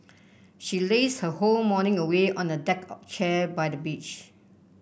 she lazed her whole morning away on a deck of chair by the beach